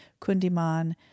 Kundiman